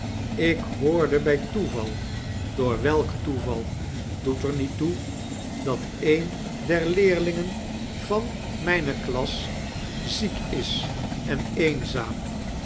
ik hoorde bij toeval door welk toeval doet er niet toe dat een der leerlingen van mijne klasse ziek is en eenzaam